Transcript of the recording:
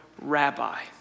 rabbi